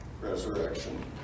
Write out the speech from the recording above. resurrection